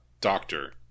doctor